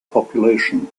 population